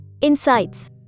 Insights